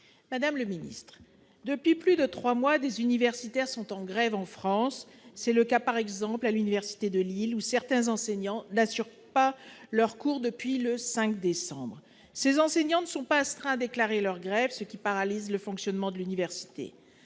Madame la ministre, depuis plus de trois mois, des universitaires sont en grève en France. C'est le cas par exemple à l'université de Lille, où certains enseignants n'assurent plus leurs cours depuis le 5 décembre dernier. Ces enseignants ne sont pas astreints à déclarer leur grève, ce qui paralyse le fonctionnement de l'université.